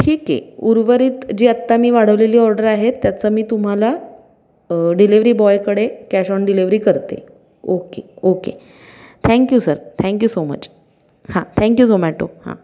ठीक आहे उर्वरित जी आत्ता मी वाढवलेली ऑर्डर आहेत त्याचं मी तुम्हाला डिलेवरी बॉयकडे कॅश ऑन डिलेवरी करते okay okay thank you sir thank you so much हां थँक्यू झोमॅटो हां